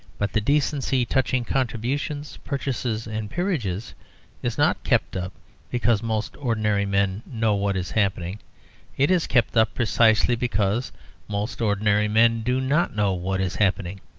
but the decency touching contributions, purchases, and peerages is not kept up because most ordinary men know what is happening it is kept up precisely because most ordinary men do not know what is happening.